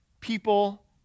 people